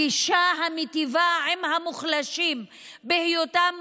הגישה המיטיבה עם המוחלשים בהיותם מוחלשים,